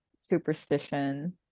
superstition